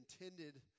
intended